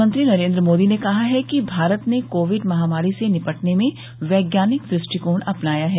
प्रधानमंत्री नरेन्द्र मोदी ने कहा है कि भारत ने कोविड महामारी से निपटने में वैज्ञानिक दृष्टिकोण अपनाया है